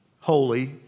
holy